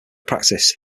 practice